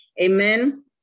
Amen